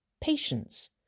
patience